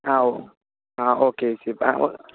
ആ ഓ ആ ഓക്കെ ചേച്ചി പ